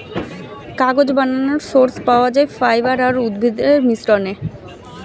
কাগজ বানানোর সোর্স পাওয়া যায় ফাইবার আর উদ্ভিদের মিশ্রণে